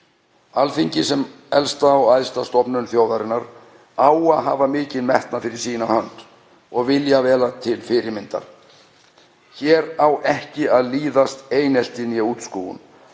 Alþingi, sem elsta og æðsta stofnun þjóðarinnar, á að hafa mikinn metnað fyrir sína hönd og vilja vera til fyrirmyndar. Hér á ekki að líðast einelti eða útskúfun,